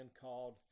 called